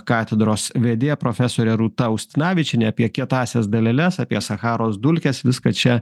katedros vedėja profesorė rūta ustinavičienė apie kietąsias daleles apie sacharos dulkes viską čia